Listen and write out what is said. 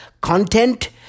content